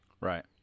Right